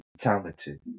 Talented